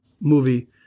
movie